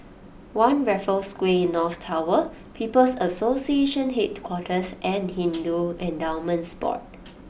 One Raffles Quay North Tower People's Association Headquarters and Hindu Endowments Board